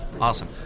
Awesome